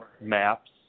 maps